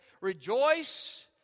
rejoice